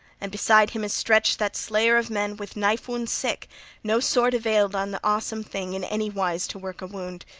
and beside him is stretched that slayer-of-men with knife-wounds sick no sword availed on the awesome thing in any wise to work a wound.